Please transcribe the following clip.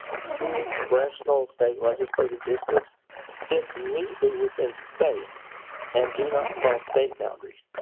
schools, congressional, state legislative districts fit neatly within states and do not cross state boundaries.